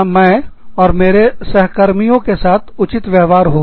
जहां मैं और मेरे सह कर्मियों के साथ उचित न्याय संगत व्यवहार हो